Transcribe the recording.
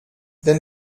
denn